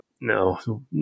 no